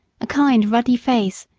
a kind, ruddy face,